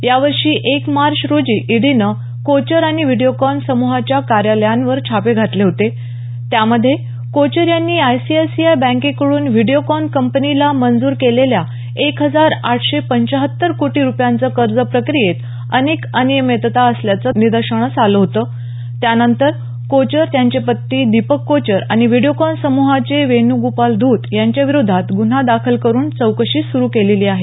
या वर्षी एक मार्च रोजी ईडीनं कोचर आणि व्हिडीओकॉन सम्हाच्या कार्यालयांवर छापे घातले होते त्यामध्ये कोचर यांनी आयसीआयसीआय बँकेकडून व्हिडीओकॉन कंपनीला मंजूर केलेल्या एक हजार आठशे पंचाहत्तर कोटी रुपयांचं कर्ज प्रक्रियेत अनेक अनियमितता असल्याचं निदर्शनास आलं होतं त्यानंतर कोचर त्यांचे पती दीपक कोचर आणि व्हिडीओकॉन समूहाचे वेणूगोपाल धूत यांच्याविरोधात गुन्हा दाखल करून चौकशी सुरू केलेली आहे